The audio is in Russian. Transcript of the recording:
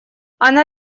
она